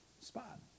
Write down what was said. spot